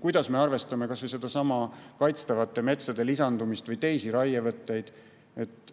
Kuidas me arvestame kas või sedasama kaitstavate metsade lisandumist või teisi raievõtteid?